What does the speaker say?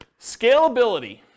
Scalability